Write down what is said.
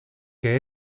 que